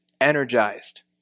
energized